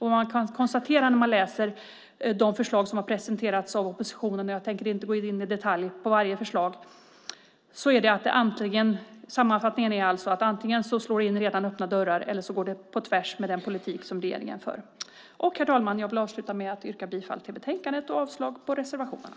Vad man kan konstatera när man läser de förslag som har presenterats av oppositionen - jag ska inte gå in i detalj på varje förslag - är att de antingen slår in redan öppna dörrar eller går på tvärs med den politik som regeringen för. Herr talman! Jag yrkar bifall till förslaget i betänkandet och avslag på reservationerna.